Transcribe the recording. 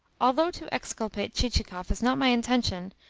although to exculpate chichikov is not my intention,